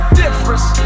difference